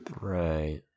Right